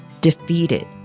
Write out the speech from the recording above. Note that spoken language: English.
defeated